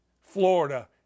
Florida